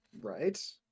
right